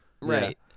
Right